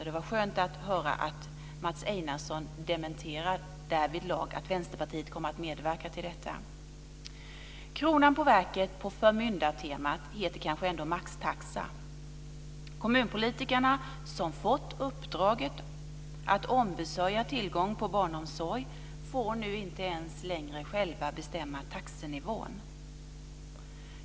Det var skönt att höra att Mats Einarsson dementerar att Vänsterpartiet kommer att medverka till detta. Kronan på verket på förmyndartemat heter kanske ändå maxtaxa. Kommunpolitikerna som fått uppdraget att ombesörja tillgång till barnomsorg får nu inte ens längre själva bestämma taxenivån.